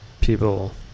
people